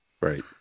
Right